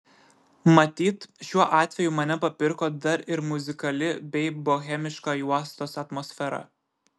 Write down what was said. matyt šiuo atveju mane papirko dar ir muzikali bei bohemiška juostos atmosfera